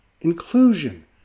Inclusion